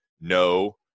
No